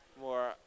more